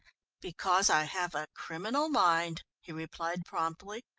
because i have a criminal mind, he replied promptly.